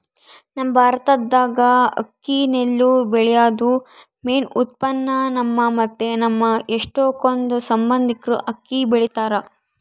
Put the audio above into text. ನಮ್ ಭಾರತ್ದಾಗ ಅಕ್ಕಿ ನೆಲ್ಲು ಬೆಳ್ಯೇದು ಮೇನ್ ಉತ್ಪನ್ನ, ನಮ್ಮ ಮತ್ತೆ ನಮ್ ಎಷ್ಟಕೊಂದ್ ಸಂಬಂದಿಕ್ರು ಅಕ್ಕಿ ಬೆಳಿತಾರ